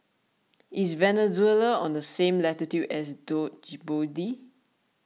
is Venezuela on the same latitude as Djibouti